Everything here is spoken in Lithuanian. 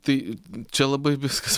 tai čia labai viskas